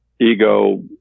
ego